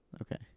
Okay